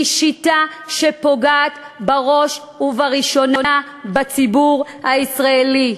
שיטה שפוגעת בראש ובראשונה בציבור הישראלי.